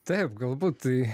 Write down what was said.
taip galbūt tai